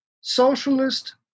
Socialist